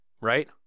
right